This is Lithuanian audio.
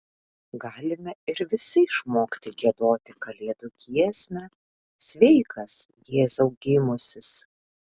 galime ir visi išmokti giedoti kalėdų giesmę sveikas jėzau gimusis